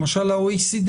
למשל ה-OECD